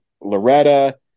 Loretta